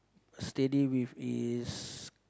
steady with his